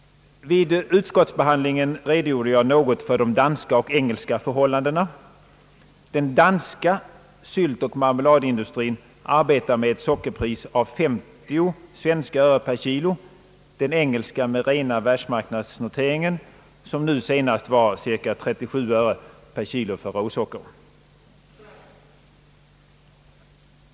Vid utskottsbehandlingen redogjorde jag i viss mån för de danska och engelska förhållandena. Den danska syltoch marmeladindustrin arbetar med ett sockerpris av 50 svenska öre per kg, den engelska med rena världsmarknadsnoteringen, som nu senast var cirka 37 öre per kg för råsocker.